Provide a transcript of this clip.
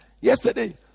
yesterday